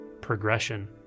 progression